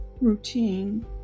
routine